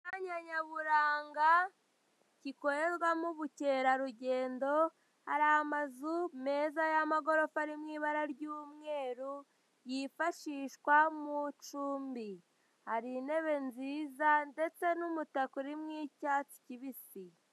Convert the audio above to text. Imyanya nyaburanga ikorerwamo ubukerarugendo hari amazu meza y'amagorofa ari mu ibara ry'umweru yifashishwa mu icumbi hari intebe nziza ndetse n'umutaka uri mu ibara ry'icyatsi kibisi.